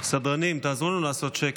סדרנים, תעזרו לנו לעשות שקט,